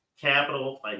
capital